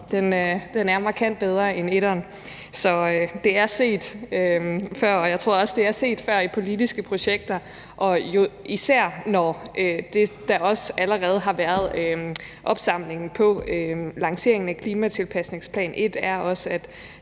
toeren, markant bedre end etteren. Så det er set før. Og jeg tror også, at det er set før i politiske projekter, især når det, der allerede har været opsamlingen på lanceringen af klimatilpasningsplan 1, er, at